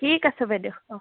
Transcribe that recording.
ঠিক আছে বাইদেউ অঁ